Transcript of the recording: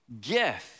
gift